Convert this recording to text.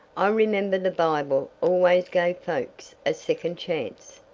i remember the bible always gave folks a second chance.